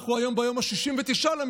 אנחנו היום ביום ה-69 למלחמה,